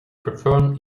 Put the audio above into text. preferring